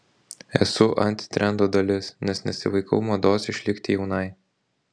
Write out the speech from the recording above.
esu antitrendo dalis nes nesivaikau mados išlikti jaunai